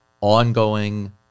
ongoing